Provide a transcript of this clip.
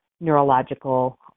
neurological